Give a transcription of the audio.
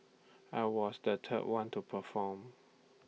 I was the third one to perform